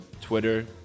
Twitter